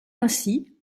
ainsi